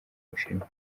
bushinwa